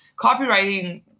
copywriting